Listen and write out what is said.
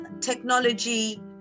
technology